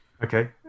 Okay